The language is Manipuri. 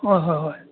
ꯍꯣꯏ ꯍꯣꯏ ꯍꯣꯏ